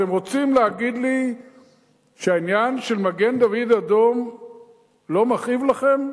אתם רוצים להגיד לי שהעניין של מגן-דוד-אדום לא מכאיב לכם?